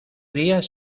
días